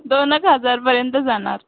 दोन एक हजारपर्यंत जाणार